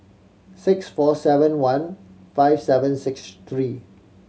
six four seven one five seven six three